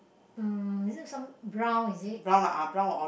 um is it some brown is it